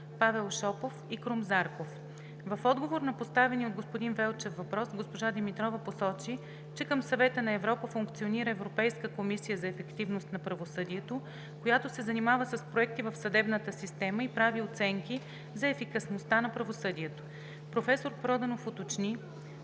Павел Шопов и Крум Зарков. В отговор на поставения от господин Велчев въпрос госпожа Димитрова посочи, че към Съвета на Европа функционира Европейската комисия за ефективност на правосъдието, която се занимава с проекти в съдебната система и прави оценки за ефикасността на правосъдието. Професор Проданов уточни,